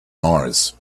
mars